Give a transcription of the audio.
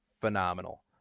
phenomenal